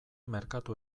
merkatu